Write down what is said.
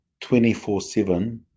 24-7